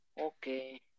okay